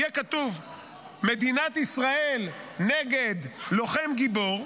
יהיה כתוב מדינת ישראל נגד לוחם גיבור,